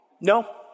No